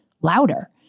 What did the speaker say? louder